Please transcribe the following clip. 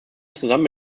zusammen